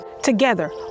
Together